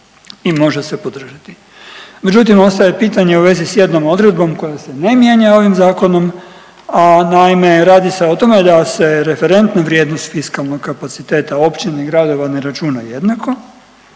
i može se podržati. Međutim, ostaje pitanje u vezi sa jednom odredbom koja se ne mijenja ovim zakonom, a naime radi se o tome da se referentna vrijednost fiskalnog kapaciteta općine, gradova ne računa jednako.